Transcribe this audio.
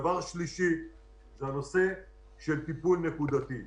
דבר שלישי הוא הנושא של טיפול נקודתי.